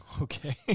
Okay